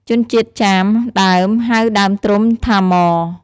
ជនជាតិចាមដើម ហៅដើមត្រុំថា ម៉។